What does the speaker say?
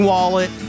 Wallet